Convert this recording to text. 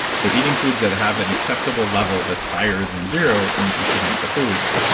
so eating foods that have at an acceptable level that's higher than zero means you shouldn't eat the foods.